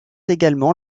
également